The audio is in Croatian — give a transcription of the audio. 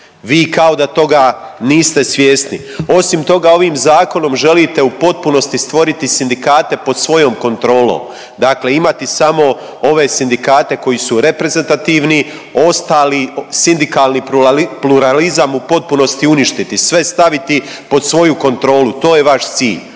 Vi kao da toga niste svjesni. Osim toga, ovim zakonom želite u potpunosti stvoriti sindikate pod svojom kontrolom. Dakle, imati samo ove sindikate koji su reprezentativni, ostali sindikalni pluralizam u potpunosti uništiti, sve staviti pod svoju kontrolu to je vaš cilj.